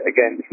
Again